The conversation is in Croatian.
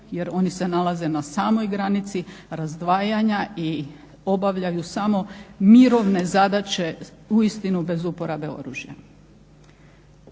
jer oni se nalaze na samoj granice razdvajanja i obavljaju samo mirovne zadaće, uistinu bez uporabe oružja.